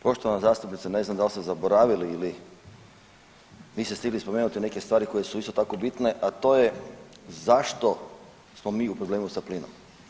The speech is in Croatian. Poštovana zastupnice, ne znam da li ste zaboravili ili niste stigli spomenuti neke stvari koje su isto tako bitne, a to je zašto smo mi u problemu sa plinom.